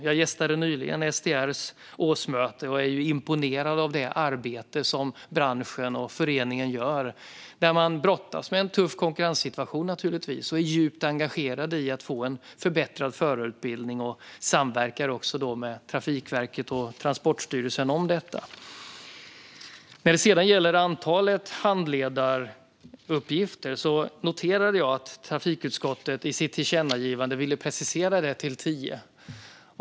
Jag gästade nyligen STR:s årsmöte, och jag är imponerad av det arbete som branschen och föreningen gör. De brottas naturligtvis med en tuff konkurrenssituation, och de är djupt engagerade i att skapa en förbättrad förarutbildning. De samverkar med Trafikverket och Transportstyrelsen i dessa frågor. När det gäller antalet handledaruppgifter noterade jag att trafikutskottet i sitt tillkännagivande ville precisera det till tio.